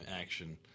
action